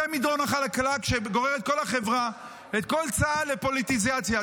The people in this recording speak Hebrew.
זה המדרון החלקלק שגורר את כל החברה ואת כל צה"ל לפוליטיזציה.